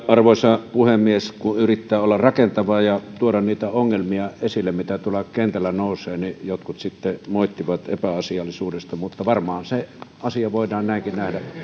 arvoisa puhemies kun yrittää olla rakentava ja tuoda niitä ongelmia esille joita tuolla kentällä nousee niin jotkut sitten moittivat epäasiallisuudesta mutta varmaan se asia voidaan näinkin nähdä